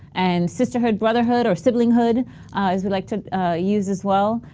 and sisterhood, brotherhood or sibling hood as we'd like to use as well.